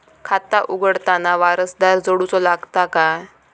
खाता उघडताना वारसदार जोडूचो लागता काय?